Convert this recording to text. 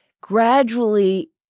gradually